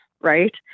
right